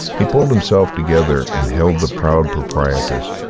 he pulled himself together and held the proud proprietress,